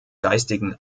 geistigen